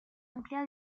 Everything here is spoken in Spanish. amplia